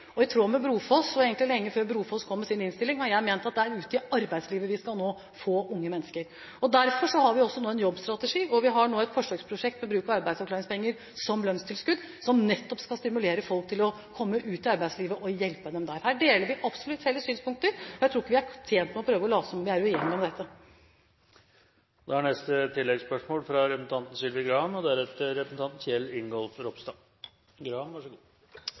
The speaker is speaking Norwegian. I tråd med Brofoss-utvalget – og egentlig lenge før Brofoss-utvalget kom med sin innstilling – har jeg ment at det er ut i arbeidslivet vi skal få unge mennesker. Derfor har vi også nå en jobbstrategi, og vi har nå et forsøksprosjekt for bruk av arbeidsavklaringspenger som lønnstilskudd, som nettopp skal stimulere folk til å komme ut i arbeidslivet og hjelpe dem der. Her har vi absolutt felles synspunkter, og jeg tror ikke vi er tjent med å prøve å late som om vi er uenige om dette.